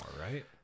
right